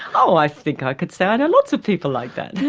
oh i think i could say i know lots of people like that. yeah